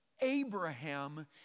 Abraham